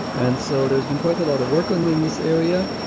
and so there has been quite a lot of work and in this area.